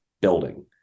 building